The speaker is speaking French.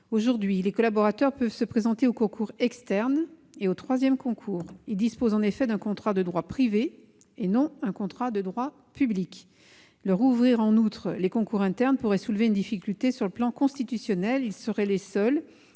Aujourd'hui, les collaborateurs peuvent se présenter aux concours externes et aux troisièmes concours. Ils sont, en effet, sous contrat de droit privé, et non de droit public. Leur ouvrir, en outre, les concours internes pourrait soulever une difficulté sur le plan constitutionnel : ils seraient les seuls